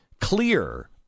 clear